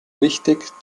wichtig